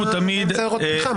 באמצע הערות פתיחה.